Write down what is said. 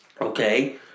Okay